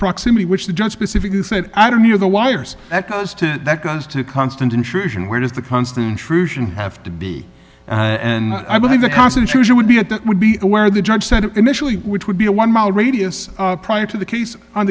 proximity which the judge specifically said i don't know the wires that goes to that goes to a constant intrusion where does the constant intrusion have to be and i believe the constitution would be at that would be where the judge said initially which would be a one mile radius prior to the case on